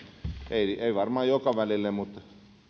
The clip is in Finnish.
ei ei varmaan joka välille mutta